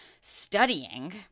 studying